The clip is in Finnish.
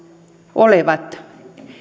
olevat